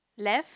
left